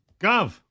Gov